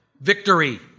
victory